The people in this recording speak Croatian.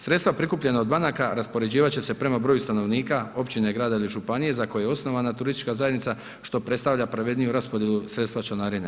Sredstva prikupljena od banaka, raspoređivat će se prema broju stanovnika općine, grada ili županije za koji je osnovana turistička zajednica, što predstavlja pravedniju raspodjelu sredstava članarine.